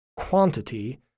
quantity